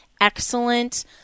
excellent